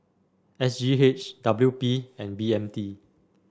S G H W P and B M T